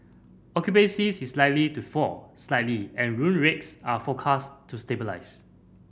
occupancy is likely to fall slightly and room rates are forecast to stabilise